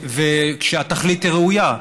וכשהתכלית היא ראויה.